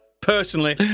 personally